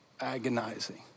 agonizing